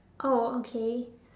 oh okay